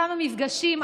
כמה מפגשים,